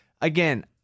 again